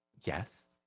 yes